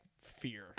fear